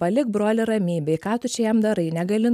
palik brolį ramybėj ką tu čia jam darai negali